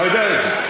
אתה יודע את זה.